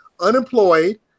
unemployed